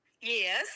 Yes